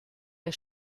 der